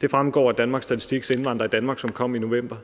Det fremgår af Danmarks Statistiks »Indvandrere i Danmark 2019«, som kom i november.